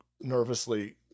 nervously